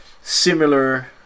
similar